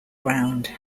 ground